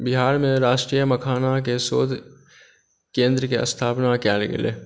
बिहारमे राष्ट्रीय मखानाके शोध केन्द्रके स्थापना कयल गेलै